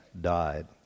died